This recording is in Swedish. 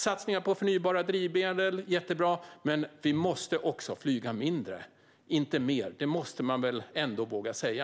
Satsningar på förnybara drivmedel är jättebra, men vi måste också flyga mindre, inte mer. Det måste man väl ändå våga säga?